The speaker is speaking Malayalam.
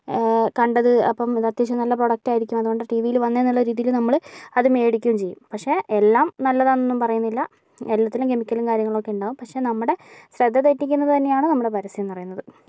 കണ്ടത് അപ്പം ഇത് അത്യാവശ്യം നല്ല പ്രോഡക്റ്റായിരിക്കും അതുകൊണ്ട് ടീവി യിൽ വന്നതെന്നുള്ള ഒരിതില് നമ്മള് അത് മേടിക്കുകയും ചെയ്യും പക്ഷെ എല്ലാം നല്ലതാന്നൊന്നും പറയുന്നില്ല എല്ലാത്തിലും കെമിക്കലും കാര്യങ്ങളൊക്കെ ഉണ്ടാവും പക്ഷെ നമ്മുടെ ശ്രദ്ധ തെറ്റിക്കുന്നത് തന്നെയാണ് നമ്മുടെ പരസ്യമെന്ന് പറയുന്നത്